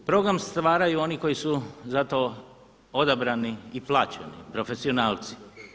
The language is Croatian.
Program stvaraju oni koji su za to odabrani i plaćeni, profesionalci.